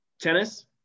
Tennis